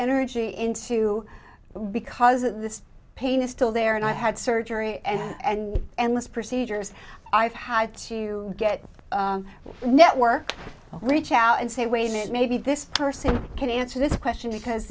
energy into it because the pain is still there and i had surgery and and this procedures i've had to get a network reach out and say wait a minute maybe this person can answer this question because